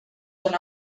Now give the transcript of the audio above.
són